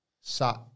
sat